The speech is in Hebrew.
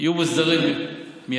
יהיה מוסדר מיידית.